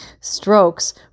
strokes